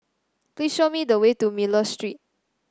please show me the way to Miller Street